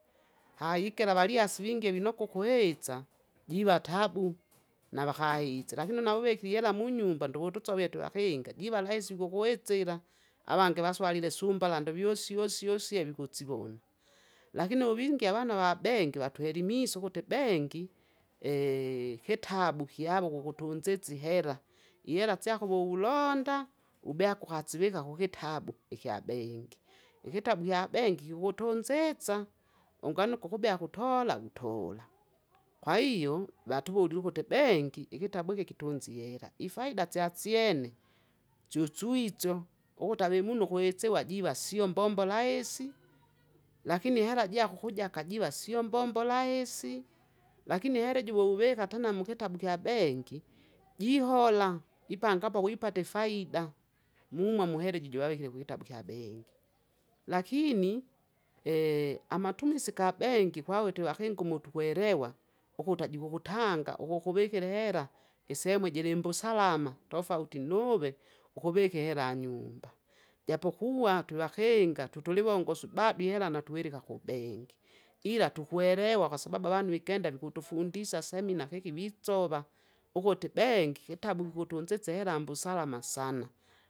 hayigela valiya sivivingye vinogo kuhetsa, jivatabu, na vahahitse lakini na uve kuyela munyumba ndo wututsovye tu vahenga jiva lahisi kuhuetsila, avangi vaswalile sumbala ndovyosi- osi- osye vihutsiwo, lakini we vingye vanu va bengi vatwelimisu hutebenki, hitabu hyawo wuwutunzitsi hela, ihela tsaho wewulonda, ubyagu hatsiviga huhitabu ihya benki, ihitabu hya benki hiutunzitsa, unganu guhubya kutola utola, kwaiyo vatuwulukute benki ihitabu iki kitunzi hela, ifaida tsa tsyene, tsutwitso uhuta vemunu hwetsiwa jiva siyo mbombo laisi, lakini hela jako kujaka jiva siyo mbombo laisi. Lakini helejiwiwuweka tena mukitabu kya benki, jihola, ipangapo wipati faida mumo muhela jije wavikile mukitabu hya benki. Lakini, amatumisi ga benki hwawe tewahengu mutihwelewa, uhuta jihuhutanga uhukuvikile hela, isehemu jili mbusalama tofauti nuve, uhuvike hela nyumba, japokuwa tuvahenga tu- tuliwongosu badwi hela natuwilika hu benki, ila tuhwelewa kwasababu avanu vigenda vihutufundisa semina hihi vitsova, uhuti benki hitabu huhutunzitsa mbu salama sana,